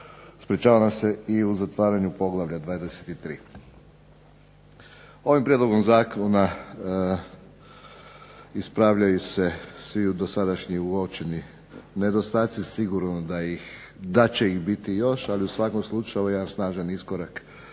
sprječavao nas je i u zatvaranju poglavlja 23. Ovim prijedlogom zakona ispravljaju svi dosadašnji uočeni nedostaci. Sigurno da će ih biti još. Ali u svakom slučaju ovo je jedan snažan iskorak